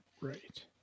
Right